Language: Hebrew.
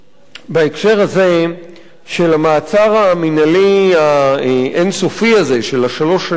בהקשר הזה של המעצר המינהלי האין-סופי הזה של שלוש השנים,